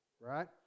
right